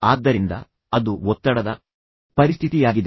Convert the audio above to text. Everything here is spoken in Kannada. ಆದ್ದರಿಂದ ಅದು ಒತ್ತಡದ ಪರಿಸ್ಥಿತಿಯಾಗಿದೆ